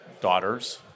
daughters